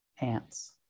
ants